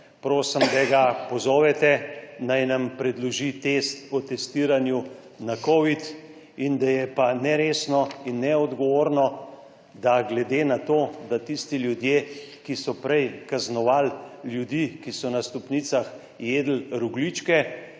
Prosim, da ga pozovete, naj nam predloži test o testiranju na covid. In da je pa neresno in neodgovorno, da glede na to, da tisti ljudje, ki so prej kaznovali ljudi, ki so na stopnicah jedli rogljičke